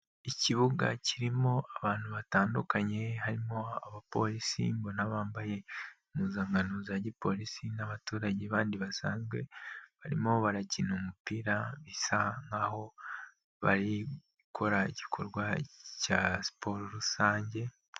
Ikibuga kirimo abantu batandukanye harimo abapolisi mbona bambaye impuzankano za gipolisi n'abaturage bandi basanzwe, barimo barakina umupira bisa nkaho barikora igikorwa cya siporo rusange.